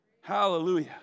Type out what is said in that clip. Hallelujah